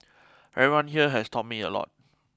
everyone here has taught me a lot